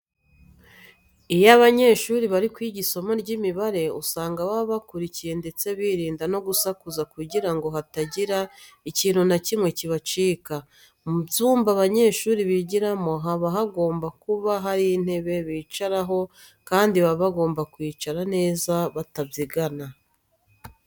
Iyo abanyeshuri bari kwiga isomo ry'imibare usanga baba bakurikiye ndetse birinda no gusakuza kugira ngo hatagira ikintu na kimwe kibacika. Mu byumba abanyeshuri bigiramo haba hagomba kuba hari intebe bicaraho kandi baba bagomba kwicara neza batabyigana.